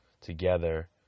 together